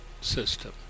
system